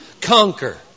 conquer